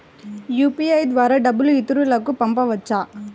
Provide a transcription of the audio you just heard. UPI ద్వారా డబ్బు ఇతరులకు పంపవచ్చ?